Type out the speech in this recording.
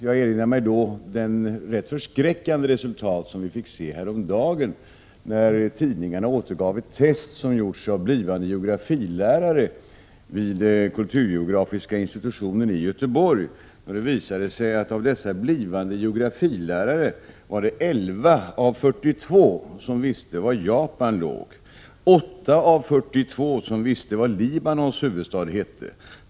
Jag erinrar mig då det ganska förskräckande resultat som vi fick se häromdagen, när tidningarna återgav ett test som gjorts bland blivande geografilärare vid kulturgeografiska institutionen i Göteborg. Det visade sig att av dessa blivande geografilärare var det 11 av 42 som visste var Japan ligger. 8 av 42 visste vad Libanons huvudstad heter.